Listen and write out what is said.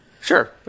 Sure